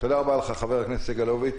תודה רבה לך, חבר הכנסת סגלוביץ'.